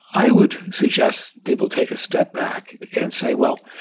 i would suggest people take a step back and say, well,